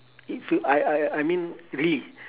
it feel I I I mean really